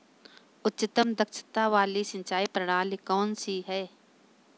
उच्चतम दक्षता वाली सिंचाई प्रणाली कौन सी है?